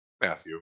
Matthew